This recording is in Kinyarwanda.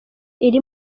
iri